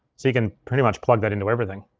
so you can pretty much plug that into everything.